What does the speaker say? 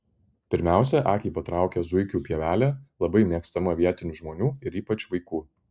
pirmiausia akį patraukia zuikių pievelė labai mėgstama vietinių žmonių ir ypač vaikų